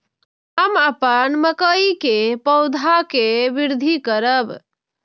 हम अपन मकई के पौधा के वृद्धि करब?